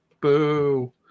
Boo